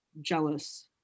jealous